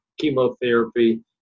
chemotherapy